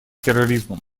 терроризмом